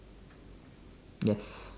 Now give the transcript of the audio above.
yes